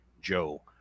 Joe